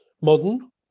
Modern